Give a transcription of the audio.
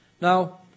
Now